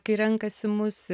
kai renkasi mus